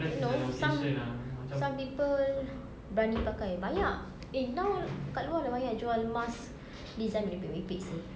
no some some people berani pakai banyak eh now dekat luar dah banyak jual mask design merepek merepek seh